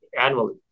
annually